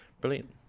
Brilliant